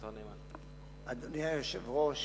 אדוני היושב-ראש,